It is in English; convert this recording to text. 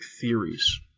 theories